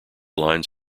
lines